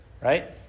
right